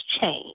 change